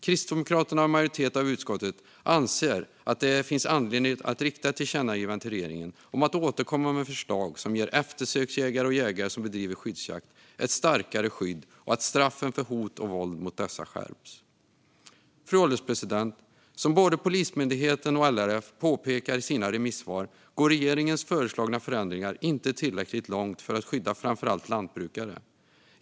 Kristdemokraterna och en majoritet av utskottet anser att det finns anledning att rikta ett förslag om ett tillkännagivande till regeringen om att den ska återkomma med förslag som ger eftersöksjägare och jägare som bedriver skyddsjakt ett starkare skydd och att straffen för hot och våld mot dem skärps. Fru ålderspresident! Som både Polismyndigheten och LRF påpekar i sina remissvar går regeringens föreslagna förändringar inte tillräckligt långt för att skydda framför allt lantbrukare.